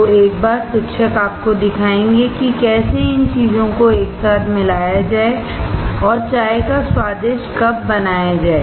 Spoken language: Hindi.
तो एक बार शिक्षक आपको दिखाएंगे कि कैसे इन चीजों को एक साथ मिलाया जाए और चाय का स्वादिष्ट कप बनाया जाए